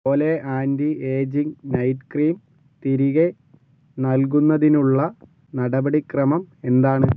ഒലേ anti ageing night cream തിരികെ നൽകുന്നതിനുള്ള നടപടി ക്രമം എന്താണ്